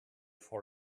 for